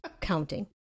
counting